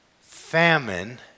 famine